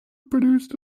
produced